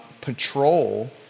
patrol